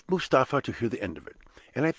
i left mustapha to hear the end of it.